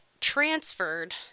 transferred